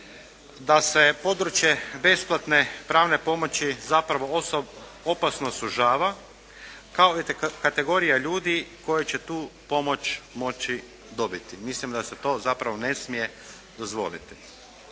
da se područje besplatne pravne pomoći zapravo opasno sužava, kao i kategorija ljudi koji će tu pomoć moći dobiti. Mislim da se to zapravo ne smije dozvoliti.